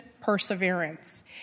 perseverance